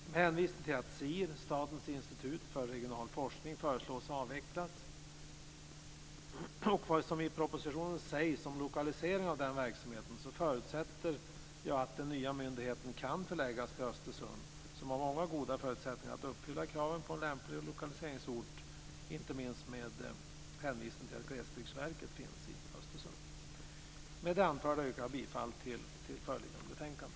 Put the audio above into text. Med hänvisning till att SIR, Statens institut för regionalforskning, föreslås avvecklas och vad som i propositionen sägs om lokalisering av den verksamheten förutsätter jag att den nya myndigheten kan förläggas till Östersund, som har många goda förutsättningar att uppfylla kraven på en lämplig lokaliseringsort, inte minst med hänvisning till att Glesbygdsverket finns i Östersund. Med det anförda yrkar jag bifall till hemställan i föreliggande betänkande.